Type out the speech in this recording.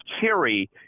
carry